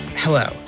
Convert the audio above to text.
Hello